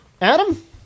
Adam